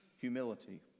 humility